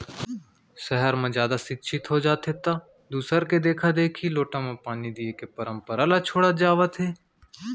सहर म जादा सिक्छित हो जाथें त दूसर के देखा देखी लोटा म पानी दिये के परंपरा ल छोड़त जावत हें